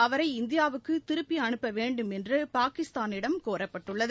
அவரை இந்தியாவுக்குதிருப்பிஅனுப்பவேண்டுமென்றபாகிஸ்தானிடம் கோரப்பட்டுள்ளது